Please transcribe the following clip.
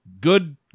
good